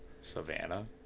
Savannah